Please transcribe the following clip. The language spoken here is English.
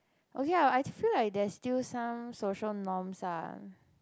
okay lah I feel like there's still some social norms lah